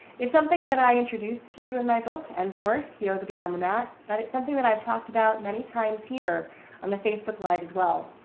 something that i introduced to you in my book and course yoga beyond the mat. but it's something that i've talked about many times here on the facebook live as well.